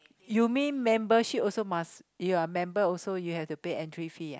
you mean membership also must you are member also you have to pay entry fee ah